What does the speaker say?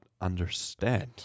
understand